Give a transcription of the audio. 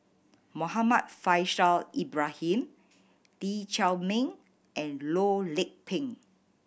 Muhammad Faishal Ibrahim Lee Chiaw Meng and Loh Lik Peng